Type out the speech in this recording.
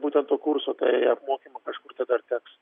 būtent to kurso tai apmokymų kažkus tai dar teks